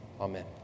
Amen